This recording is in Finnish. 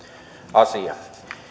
asia